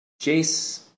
Jace